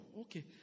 Okay